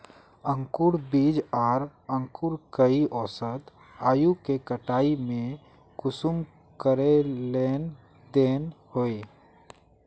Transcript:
अंकूर बीज आर अंकूर कई औसत आयु के कटाई में कुंसम करे लेन देन होए?